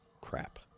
crap